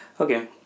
Okay